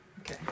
okay